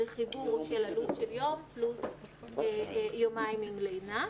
זה חיבור של עלות של יום פלוס יומיים עם לינה.